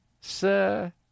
sir